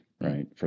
right